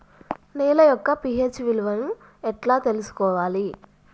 నేల యొక్క పి.హెచ్ విలువ ఎట్లా తెలుసుకోవాలి?